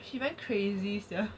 she went crazy sia hand